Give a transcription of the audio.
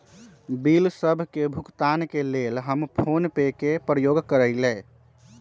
bill सभ के भुगतान के लेल हम फोनपे के प्रयोग करइले